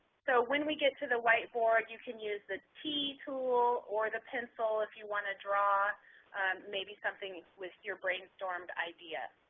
so when we get to the whiteboard you can use the t tool or the pencil if you want to draw maybe something with your brainstormed idea.